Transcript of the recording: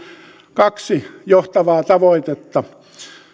kaksi johtavaa tavoitetta